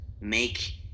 make